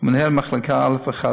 ומנהל מחלקה א1,